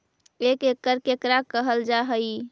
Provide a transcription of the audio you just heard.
एक एकड़ केकरा कहल जा हइ?